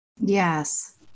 Yes